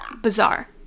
bizarre